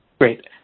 Great